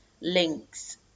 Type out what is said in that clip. links